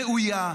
ראויה,